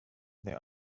the